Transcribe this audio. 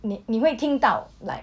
你你会听到 like